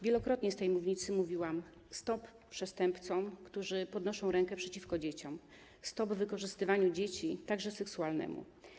Wielokrotnie z tej mównicy mówiłam: stop przestępcom, którzy podnoszą rękę na dzieci, stop wykorzystywaniu dzieci, także seksualnemu.